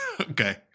okay